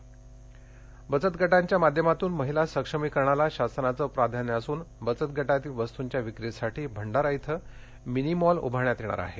भंडारा बचत गटाच्या माध्यमातून महिला सक्षमीकरणाला शासनाचं प्राधान्य असून बचत गटातील वस्तुंच्या विक्रीसाठी भंडारा इथं मिनी मॉल उभारण्यात येणार आहे